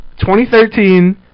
2013